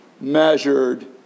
measured